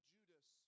Judas